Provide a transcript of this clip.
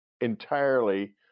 entirely